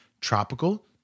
tropical